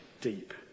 deep